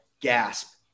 gasp